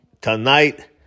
tonight